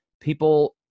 People